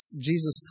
Jesus